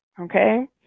okay